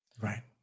Right